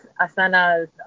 asanas